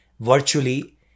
Virtually